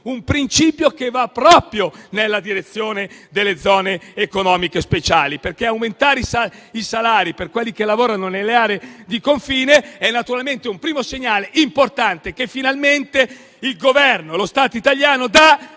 un principio che va proprio nella direzione delle zone economiche speciali, perché aumentare i salari per quelli che lavorano nelle aree di confine è naturalmente un primo segnale importante che finalmente il Governo e lo Stato italiano